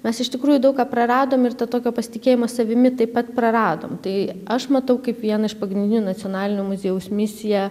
mes iš tikrųjų daug ką praradom ir to tokio pasitikėjimo savimi taip pat praradom tai aš matau kaip vieną iš pagrindinių nacionalinio muziejaus misiją